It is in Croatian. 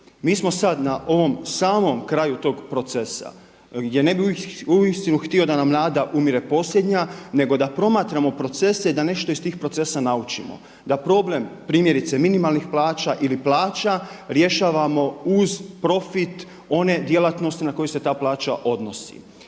Mi smo sada na ovom samom kraju tog procesa gdje ne bi uistinu htio da nam nada umire posljednja, nego da promatramo procese i da nešto iz tih procesa naučimo, da problem primjerice minimalnih plaća ili plaća rješavamo uz profit one djelatnosti na koje se ta plaća odnosi.